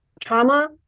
trauma